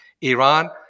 Iran